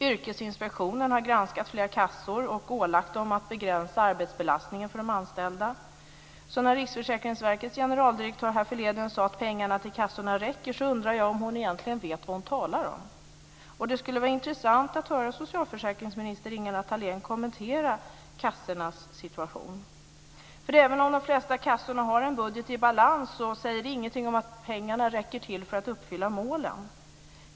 Yrkesinspektionen har granskat flera kassor och ålagt dem att begränsa arbetsbelastningen för de anställda. När Riksförsäkringsverkets generaldirektör härförleden sade att pengarna till kassorna räcker undrade jag om hon egentligen vet vad hon talar om. Det skulle vara intressant att höra socialförsäkringsminister Ingela Thalén kommentera kassornas situation. Även om de flesta kassorna har en budget i balans säger det inget om huruvida pengarna räcker för att uppfylla målen.